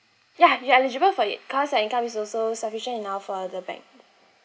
yeah you eligible for it cause your income is also sufficient enough for the bank